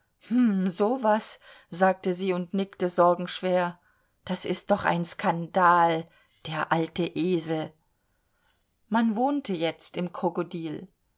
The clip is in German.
so was sagte sie und nickte sorgenschwer das ist doch ein skandal der alte esel man wohnte jetzt im krokodil